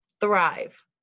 thrive